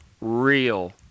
real